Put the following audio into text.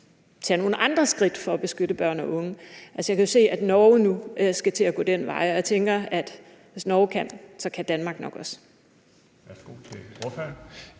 tage nogle andre skridt for at beskytte børn og unge. Jeg kan jo se, at Norge nu skal til at gå den vej, og jeg tænker, at hvis Norge kan, så kan Danmark nok også.